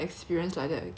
you know what I just read